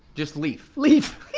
just leaf? leaf,